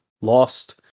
lost